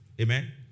Amen